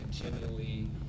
continually